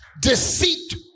Deceit